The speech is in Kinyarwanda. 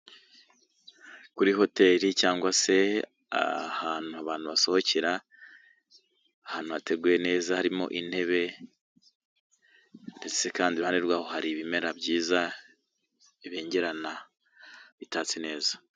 Kuri hoteri cyangwa se ahantu abantu basohokera, ahantu hateguye neza harimo intebe, ndetse kandi iruhande rwaho hari ibimera byiza bibengerana bitatse neza.